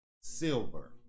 Silver